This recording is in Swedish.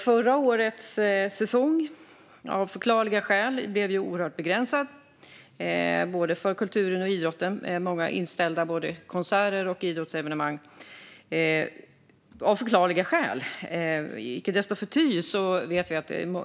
Förra årets säsong blev ju av förklarliga skäl mycket begränsad för såväl kulturen och idrotten, och många konserter och idrottsevenemang ställdes in.